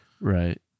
Right